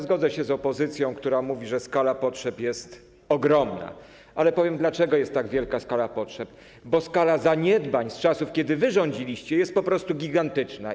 Zgodzę się z opozycją, która mówi, że skala potrzeb jest ogromna, ale powiem, dlaczego jest tak wielka skala potrzeb: bo skala zaniedbań z czasów, kiedy wy rządziliście, jest po prostu gigantyczna.